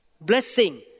blessing